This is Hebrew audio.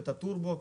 הטורבו,